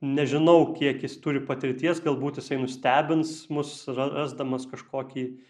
nežinau kiek jis turi patirties galbūt jisai nustebins mus rasdamas kažkokį